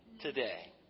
today